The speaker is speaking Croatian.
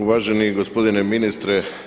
Uvaženi gospodine ministre.